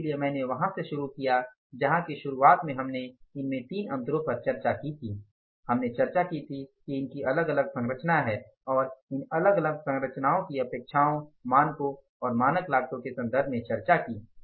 इसीलिए मैंने वहां से शुरू किया जहा कि शुरुआत में हमने इनमे तीन अंतरों पर चर्चा की थी हमने चर्चा की थी कि इनकी अलग अलग संरचना है और इन अलग अलग सरचनाओं की अपेक्षाओं मानकों और मानक लागतों के संदर्भ में चर्चा की थी